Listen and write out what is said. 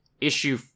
issue